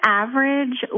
average